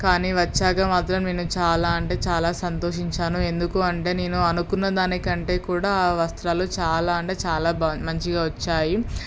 కాని వచ్చాక మాత్రం నేను చాలా అంటే చాలా సంతోషించాను ఎందుకు అంటే నేను అనుకున్న దానికంటే కూడా ఆ వస్త్రాలు చాలా అంటే చాలా బాగా మంచిగా వచ్చాయి